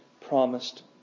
promised